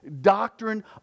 doctrine